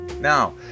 Now